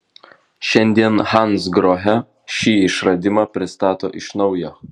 šiandien hansgrohe šį išradimą pristato iš naujo